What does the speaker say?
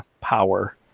power